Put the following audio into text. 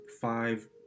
five